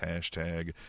hashtag